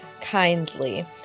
kindly